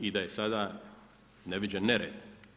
I da je sada neviđen nered.